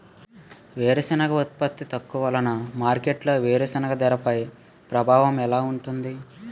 వేరుసెనగ ఉత్పత్తి తక్కువ వలన మార్కెట్లో వేరుసెనగ ధరపై ప్రభావం ఎలా ఉంటుంది?